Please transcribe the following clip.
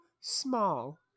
small